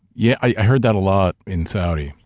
yeah, i heard that a lot in saudi,